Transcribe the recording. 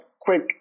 quick